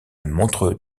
montreux